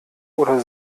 oder